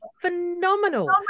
phenomenal